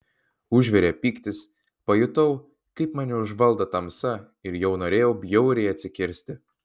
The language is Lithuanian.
užvirė pyktis pajutau kaip mane užvaldo tamsa ir jau norėjau bjauriai atsikirsti